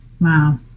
Wow